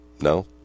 no